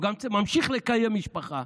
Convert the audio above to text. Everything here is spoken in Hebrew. והוא גם ממשיך לקיים משפחה.